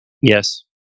Yes